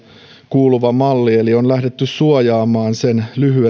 kuuluva malli eli on lähdetty suojaamaan sen lyhyen työuran